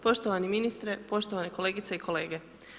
Poštovani ministre, poštovane kolegice i kolege.